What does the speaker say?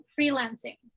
Freelancing